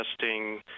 testing